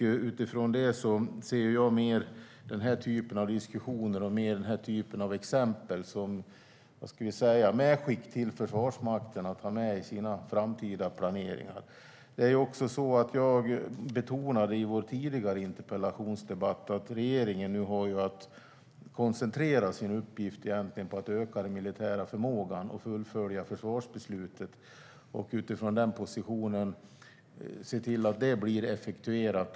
Utifrån detta ser jag den här typen av diskussioner och exempel mest som medskick till Försvarsmakten, som kan ta med dem i sin framtida planering. Jag betonade i vår tidigare interpellationsdebatt att regeringen nu har att koncentrera sin uppgift på att öka den militära förmågan och fullfölja försvarsbeslutet och se till att det blir effektuerat.